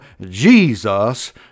Jesus